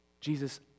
Jesus